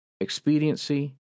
expediency